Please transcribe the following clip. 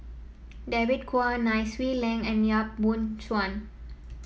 David Kwo Nai Swee Leng and Yap Boon Chuan